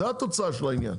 זו התוצאה של העניין,